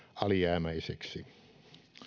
alijäämäiseksi